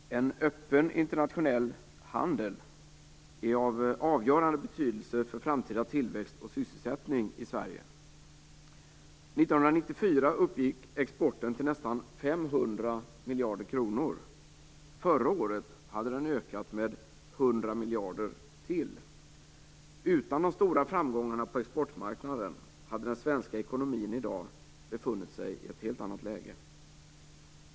Herr talman! En öppen internationell handel är av avgörande betydelse för framtida tillväxt och sysselsättning i Sverige. År 1994 uppgick exporten till nästan 500 miljarder kronor. Förra året hade den ökat med 100 miljarder kronor till. Utan de stora framgångarna på exportmarknaden hade den svenska ekonomin i dag befunnit sig i ett helt annat läge.